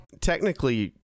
technically